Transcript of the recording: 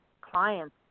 clients